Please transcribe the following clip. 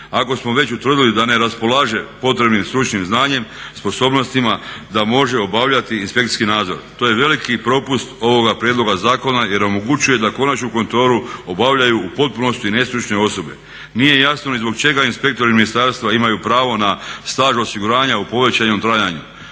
Ako smo već utvrdili da ne raspolaže potrebnim stručnim znanjem, sposobnostima da može obavljati inspekcijski nadzor to je veliki propust ovoga prijedloga zakona jer omogućuje da konačnu kontrolu obavljaju u potpunosti nestručne osobe. Nije jasno ni zbog čega inspektori ministarstva imaju pravo na staž osiguranja u povećanom trajanju